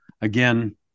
again